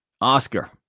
Oscar